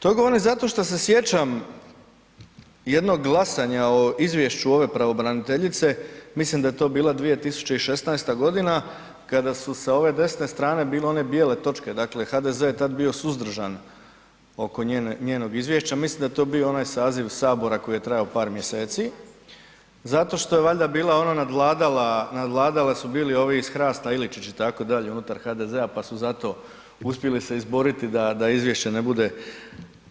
To govorim zato što se sjećam jednog glasanja o izvješću ove pravobraniteljice, mislim da je to bila 2016. godina kada su sa ove desne strane bile one bijele točke, dakle HDZ je tad bio suzdržan oko njenog izvješća, mislim da je to bio onaj saziv Sabora koji je trajao par mjeseci zato što je valjda bila ono nadvlada, nadvladala su bili ovi iz Hrasta Iličić itd., unutar HDZ-a pa su zato uspjeli se izboriti da izvješće ne bude